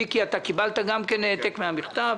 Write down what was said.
מיקי לוי, אתה גם קיבלת העתק מן המכתב.